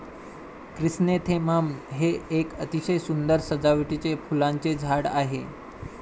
chrysanthemum हे एक अतिशय सुंदर सजावटीचे फुलांचे झाड आहे